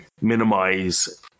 minimize